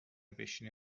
بشینه